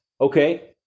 Okay